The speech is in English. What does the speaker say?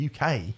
uk